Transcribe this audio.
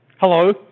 Hello